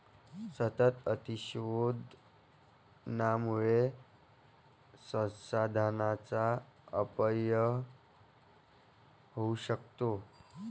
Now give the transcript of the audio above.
सतत अतिशोषणामुळे संसाधनांचा अपव्यय होऊ शकतो